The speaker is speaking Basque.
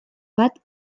bat